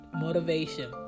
motivation